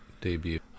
debut